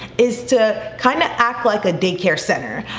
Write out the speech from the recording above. is to kind of act like a daycare center.